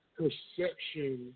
perception